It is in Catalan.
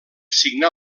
signar